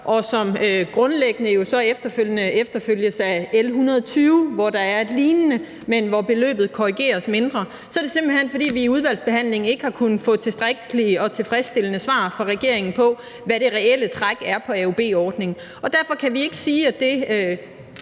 jo så grundlæggende efterfølges af L 120, hvor der er noget lignende, men hvor beløbet korrigeres mindre, så er det simpelt hen, fordi vi i udvalgsbehandlingen ikke har kunnet få tilstrækkelige og tilfredsstillende svar fra regeringen på, hvad det reelle træk er på AUB-ordningen, og derfor kan vi ikke sige, at det